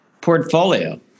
portfolio